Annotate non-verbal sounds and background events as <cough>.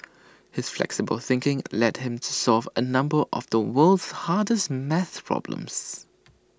<noise> his flexible thinking led him to solve A number of the world's hardest math problems